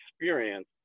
experience